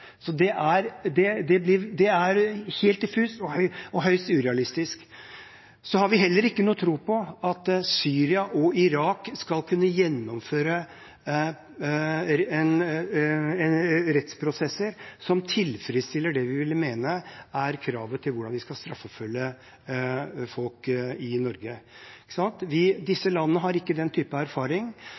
så sterke interesser. Det er helt diffust og høyst urealistisk. Vi har heller ikke noen tro på at Syria og Irak skal kunne gjennomføre rettsprosesser som tilfredsstiller det vi ville mene er krav til hvordan vi skal straffeforfølge folk i Norge. Disse landene har ikke den type erfaring.